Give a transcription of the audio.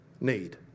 need